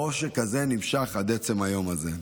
העושק הזה נמשך עד עצם היום הזה.